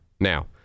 now